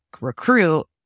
recruit